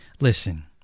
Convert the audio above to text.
Listen